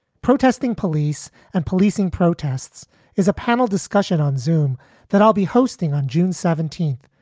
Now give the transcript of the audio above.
protesting police and policing protests is a panel discussion on zoome that i'll be hosting on june seventeenth,